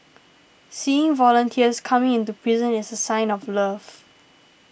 seeing volunteers coming into prison is a sign of love